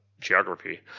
geography